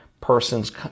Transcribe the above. person's